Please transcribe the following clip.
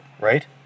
Right